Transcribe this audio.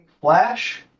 Flash